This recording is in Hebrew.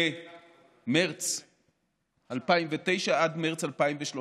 ממרץ 2009 עד מרץ 2013,